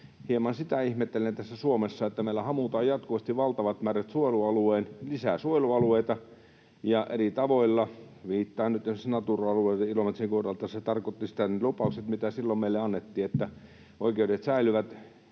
hieman sitä ihmettelen tässä Suomessa, että meillä hamutaan jatkuvasti valtavat määrät lisää suojelualueita ja eri tavoilla. Viittaan nyt esimerkiksi Natura-alueisiin. Ilomantsin kohdalla se tarkoitti sitä, että ne lupaukset, mitä silloin meille annettiin, että oikeudet säilyvät...